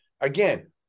again